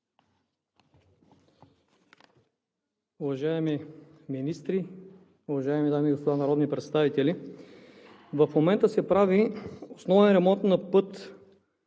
Уважаеми министри, уважаеми дами и господа народни представители! В момента се прави основен ремонт на път